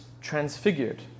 transfigured